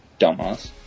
Dumbass